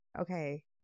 Okay